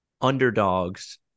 underdogs